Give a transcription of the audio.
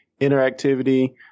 interactivity